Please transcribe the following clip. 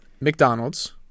McDonald's